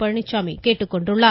பழனிச்சாமி கேட்டுக்கொண்டுள்ளார்